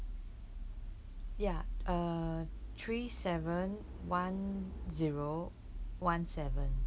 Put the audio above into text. ya uh three seven one zero one seven